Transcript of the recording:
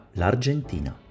l'Argentina